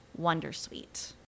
Wondersuite